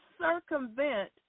circumvent